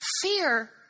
Fear